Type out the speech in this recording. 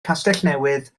castellnewydd